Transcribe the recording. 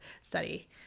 study